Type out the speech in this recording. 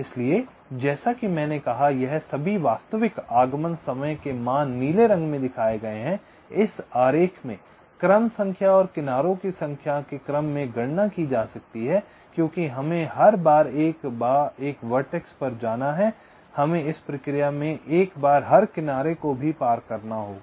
इसलिए जैसा कि मैंने कहा यह सभी वास्तविक आगमन समय के मान नीले रंग में दिखाए गए हैं इस आरेख में क्रम संख्या और किनारों की संख्या के क्रम में गणना की जा सकती है क्योंकि हमें हर बार एक बार वर्टेक्स पर जाना है हमें इस प्रक्रिया में एक बार हर किनारे को भी पार करना होगा